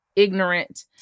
ignorant